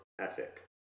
ethic